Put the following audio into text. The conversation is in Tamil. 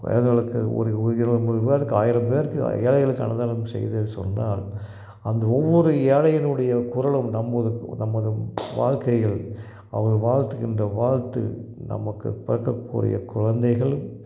ஒரு ஒரு இருபது முப்பது பேருக்கு ஆயிரம் பேருக்கு ஏழைகளுக்கு அன்னதானம் செய்தேன் சொன்னால் அந்த ஒவ்வொரு ஏழையினுடைய குரலும் நம்ம வாழ்க்கையில் அவர் வாழ்த்துகின்ற வாழ்த்து நமக்கு பிறக்கக்கூடிய குழந்தைகள்